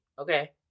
okay